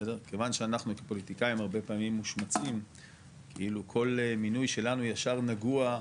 כיוון שאנחנו פוליטיקאים מושמצים כאילו כל מינו שלנו ישר נגוע,